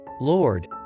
Lord